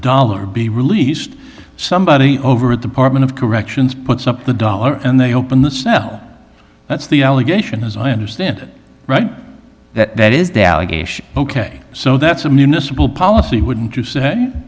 dollar be released somebody over a department of corrections puts up the dollar and they open the snow that's the allegation as i understand it that is delegation ok so that's a municipal policy wouldn't you say